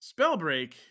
Spellbreak